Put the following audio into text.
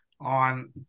on